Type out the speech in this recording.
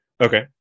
Okay